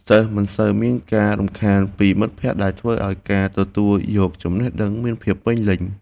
សិស្សមិនសូវមានការរំខានពីមិត្តភក្តិដែលធ្វើឱ្យការទទួលយកចំណេះដឹងមានភាពពេញលេញ។